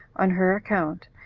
on her account,